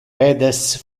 pedes